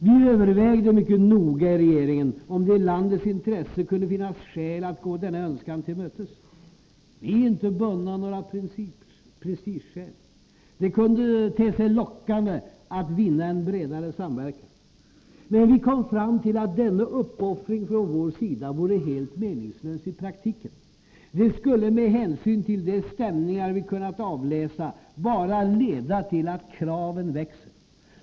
Vi övervägde mycket noga i regeringen om det i landets intresse kunde finnas skäl att gå denna önskan till mötes. Vi är inte bundna av prestigeskäl, och det kunde te sig lockande att vinna en bredare samverkan. Men vi kom fram till att denna uppoffring från vår sida i praktiken vore helt meningslös. Den skulle med hänsyn till de stämningar vi kunde avläsa bara leda till att kraven växte.